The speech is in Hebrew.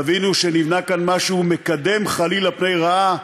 יבינו שנבנה כאן משהו מקדם, חלילה, פני רעה,